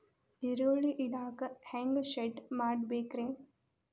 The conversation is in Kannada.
ಈರುಳ್ಳಿ ಇಡಾಕ ಹ್ಯಾಂಗ ಶೆಡ್ ಮಾಡಬೇಕ್ರೇ?